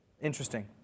Interesting